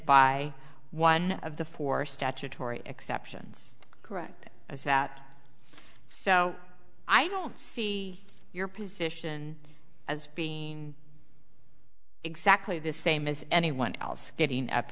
by one of the four statutory exceptions correct as that so i don't see your position as being exactly the same as anyone else getting up